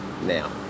now